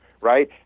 right